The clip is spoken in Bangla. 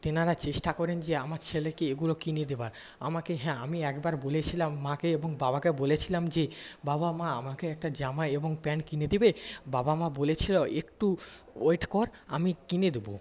তেনারা চেষ্টা করেন যে আমার ছেলেকে এগুলো কিনে দেওয়ার আমাকে হ্যাঁ আমি একবার বলেছিলাম মাকে এবং বাবাকেও বলেছিলাম যে বাবা মা আমাকে একটা জামা এবং প্যান্ট কিনে দেবে বাবা মা বলেছিল একটু ওয়েট কর আমি কিনে দেব